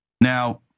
Now